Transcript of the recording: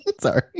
Sorry